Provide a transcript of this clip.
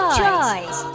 choice